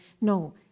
No